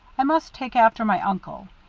i must take after my uncle.